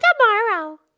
tomorrow